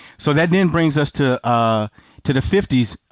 so that then brings us to ah to the fifty s